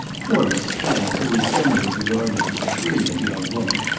poor miss penge, who was generally regarded as a brilliant young woman,